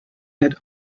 add